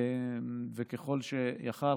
וככל שהיה יכול.